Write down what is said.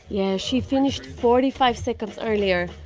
yeah. she finished forty-five seconds earlier.